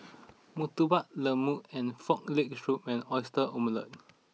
Murtabak Lembu and Frog Leg Soup and Oyster Omelette